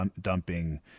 dumping